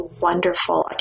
wonderful